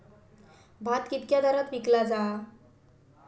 भात कित्क्या दरात विकला जा?